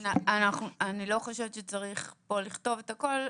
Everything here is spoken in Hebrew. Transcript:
אני לא חושבת שצריך פה לכתוב את הכל.